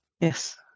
Yes